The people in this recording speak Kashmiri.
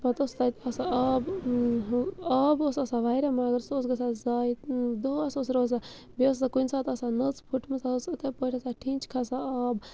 پَتہٕ اوس تَتہِ آسان آب آب اوس آسان واریاہ مَگر سُہ اوس گژھان زایہِ دۄہَس اوس روزان بیٚیہِ ٲس نہٕ کُنہِ ساتہٕ آسان نٔژ پھٔٹمٕژ سۄ ٲس یِتھے پٲٹھۍ آسان ٹِنٛچ کھسان آب